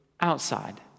outside